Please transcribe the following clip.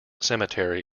cemetery